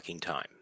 time